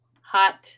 hot